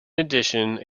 addition